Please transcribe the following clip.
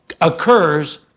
occurs